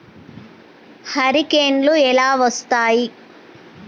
హరికేన్లు ఎలా వస్తాయి?